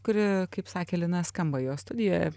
kuri kaip sakė lina skamba jos studijoje